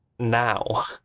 now